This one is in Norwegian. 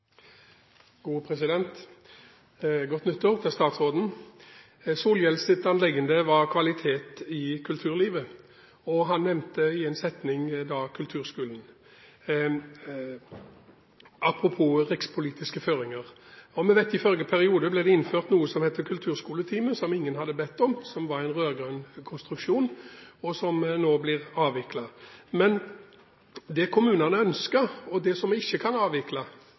Godt nyttår til statsråden. Solhjells anliggende var kvalitet i kulturlivet. Han nevnte i en setning kulturskolen – apropos rikspolitiske føringer. Vi vet at det i forrige periode ble innført noe som heter kulturskoletime, som ingen hadde bedt om, som var en rød-grønn konstruksjon, og som nå blir avviklet. Men det kommunene ønsker, og det som vi ikke kan avvikle